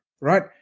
right